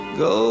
go